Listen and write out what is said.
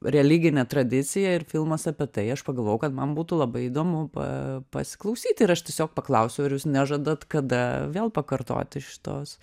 religinė tradicija ir filmas apie tai aš pagalvojau kad man būtų labai įdomu pa pasiklausyti ir aš tiesiog paklausiau ar jūs nežadat kada vėl pakartoti šitos